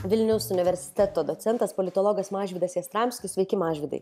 vilniaus universiteto docentas politologas mažvydas jastramskis sveiki mažvydai